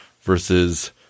versus